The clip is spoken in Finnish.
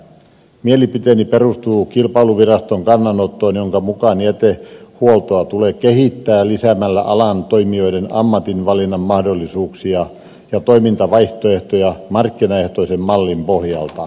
mielipiteeni perustuu kilpailuviraston kannanottoon jonka mukaan jätehuoltoa tulee kehittää lisäämällä alan toimijoiden ammatinvalinnan mahdollisuuksia ja toimintavaihtoehtoja markkinaehtoisen mallin pohjalta